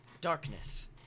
Darkness